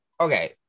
okay